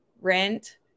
rent